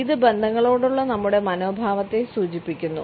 ഇത് ബന്ധങ്ങളോടുള്ള നമ്മുടെ മനോഭാവത്തെയും സൂചിപ്പിക്കുന്നു